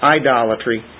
idolatry